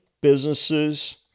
businesses